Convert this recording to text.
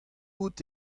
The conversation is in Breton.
out